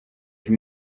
page